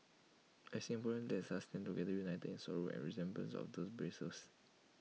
as Singaporeans let us stand together united in sorrow in remembrance of these brave souls